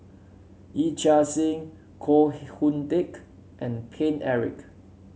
Yee Chia Hsing Koh Hoon Teck and Paine Eric